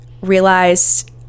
realized